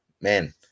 man